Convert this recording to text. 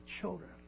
children